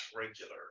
regular